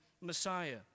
Messiah